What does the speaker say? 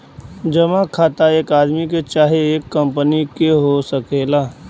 जमा खाता एक आदमी के चाहे एक कंपनी के हो सकेला